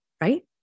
right